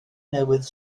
newydd